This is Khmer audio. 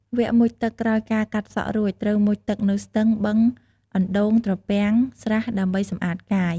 វគ្គមុជទឹកក្រោយការកាត់សក់រួច ត្រូវមុជទឹកនៅ ស្ទឹង បឹង អណ្តូង ត្រពាំង ស្រះ ដើម្បីសម្អាតកាយ ។